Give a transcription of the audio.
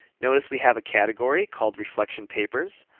notice we have a category called reflection papers,